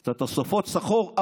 את תוספות השכר,